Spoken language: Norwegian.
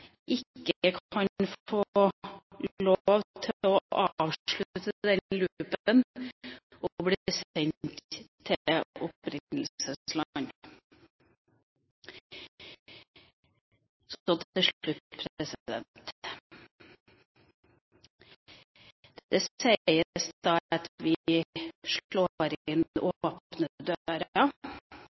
ikke kan få lov til å avslutte den loopen og bli sendt til opprinnelsesland. Så til slutt: Det sies at vi